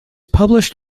published